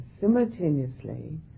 simultaneously